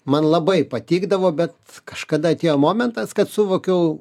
man labai patikdavo bet kažkada atėjo momentas kad suvokiau